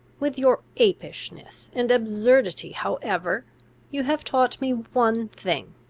with your apishness and absurdity however you have taught me one thing